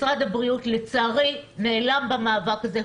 משרד הבריאות לצערי נעלם במאבק הזה.